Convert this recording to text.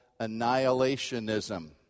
annihilationism